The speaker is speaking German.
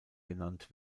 genannt